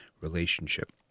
relationship